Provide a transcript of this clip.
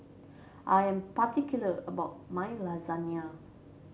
I am particular about my Lasagne